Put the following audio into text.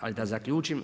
Ali da zaključim.